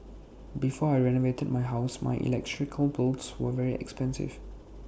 before I renovated my house my electrical bills were very expensive